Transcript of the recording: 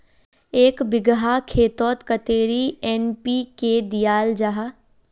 एक बिगहा खेतोत कतेरी एन.पी.के दियाल जहा?